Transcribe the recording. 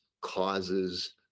causes